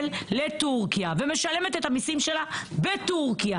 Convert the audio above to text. לטורקיה ומשלמת את המיסים שלה בטורקיה.